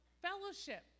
fellowship